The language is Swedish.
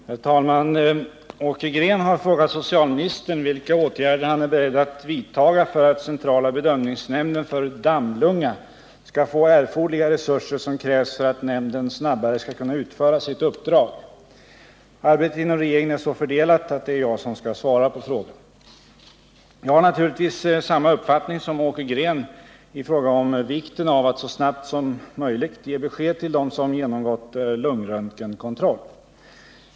Herr talman! Åke Green har frågat socialministern vilka åtgärder han är beredd att vidtaga för att centrala bedömningsnämnden för dammlunga skall få de resurser som erfordras för att nämnden snabbare skall kunna utföra sitt uppdrag. Arbetet inom regeringen är så fördelat att det är jag som skall svara på frågan. Jag har naturligtvis samma uppfattning som Åke Green i fråga om vikten av att så snabbt som möjligt ge besked till dem som genomgått lungröntgenkontroll.